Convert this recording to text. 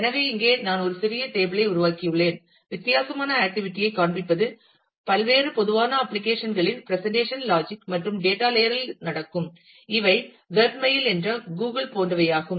எனவே இங்கே நான் ஒரு சிறிய டேபிள் ஐ உருவாக்கியுள்ளேன் வித்தியாசமான ஆக்டிவிட்டி ஐ காண்பிப்பது பல்வேறு பொதுவான அப்ளிகேஷன் களின் பிரசன்டேஷன் லாஜிக் மற்றும் டேட்டா லேயர் இல் நடக்கும் இவை வெப் மெயில் என்ற கூகிள் போன்றவையாகும்